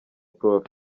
prof